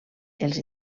els